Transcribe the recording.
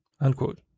Unquote